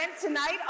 tonight